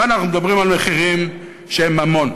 כאן אנחנו מדברים על מחירים שהם ממון,